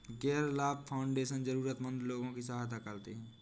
गैर लाभ फाउंडेशन जरूरतमन्द लोगों की सहायता करते हैं